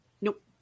Nope